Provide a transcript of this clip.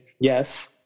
yes